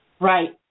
Right